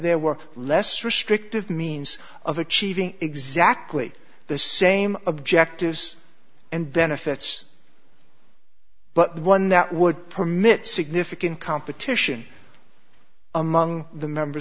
there were less restrictive means of achieving exactly the same objectives and then if it's but one that would permit significant competition among the member